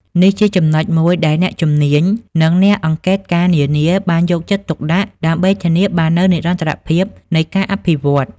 នេះជាចំណុចមួយដែលអ្នកជំនាញ និងអ្នកអង្កេតការណ៍នានាបានយកចិត្តទុកដាក់ ដើម្បីធានាបាននូវនិរន្តរភាពនៃការអភិវឌ្ឍន៍។